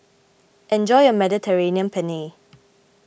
enjoy your Mediterranean Penne